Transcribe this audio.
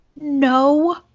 No